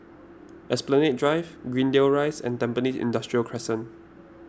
Esplanade Drive Greendale Rise and Tampines Industrial Crescent